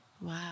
Wow